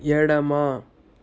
ఎడమ